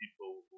people